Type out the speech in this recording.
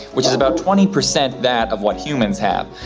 which is about twenty percent that of what humans have.